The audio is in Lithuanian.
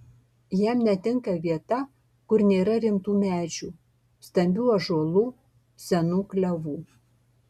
jam netinka vieta kur nėra rimtų medžių stambių ąžuolų senų klevų